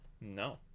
no